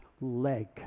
leg